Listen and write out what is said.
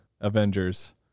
Avengers